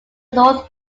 north